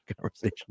conversation